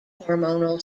hormonal